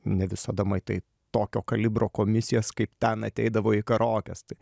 ne visada matai tokio kalibro komisijos kaip ten ateidavo į karaokes tai